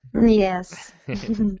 Yes